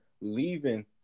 leaving